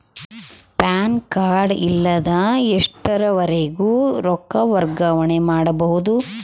PAN card ಇಲ್ಲದ ಎಷ್ಟರವರೆಗೂ ರೊಕ್ಕ ವರ್ಗಾವಣೆ ಮಾಡಬಹುದು?